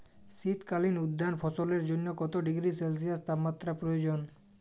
শীত কালীন উদ্যান ফসলের জন্য কত ডিগ্রী সেলসিয়াস তাপমাত্রা প্রয়োজন?